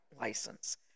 license